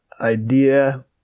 idea